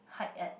hike at